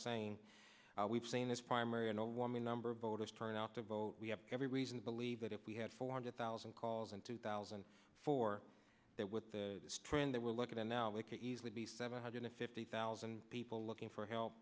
saying we've seen this primary an all woman number of voters turn out to vote we have every reason to believe that if we had four hundred thousand calls in two thousand and four that with the trend that we're looking at now we could easily be seven hundred fifty thousand people looking for